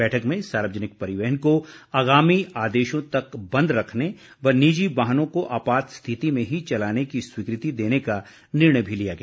बैठक में सार्वजनिक परिवहन को आगामी आदेशों तक बंद रखने व निजी वाहनों को आपात स्थिति में ही चलाने की स्वीकृति देने का निर्णय भी लिया गया